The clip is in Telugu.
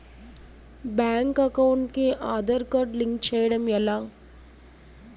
బ్యాంక్ అకౌంట్ కి ఆధార్ కార్డ్ లింక్ చేయడం ఎలా?